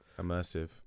Immersive